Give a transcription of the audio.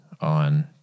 on